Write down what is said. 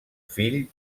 fill